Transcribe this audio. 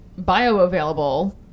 bioavailable